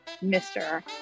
Mr